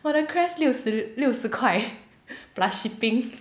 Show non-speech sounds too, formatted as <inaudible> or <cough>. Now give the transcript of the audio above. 我的 Crest 六十 l~ 六十块 <laughs> plus shipping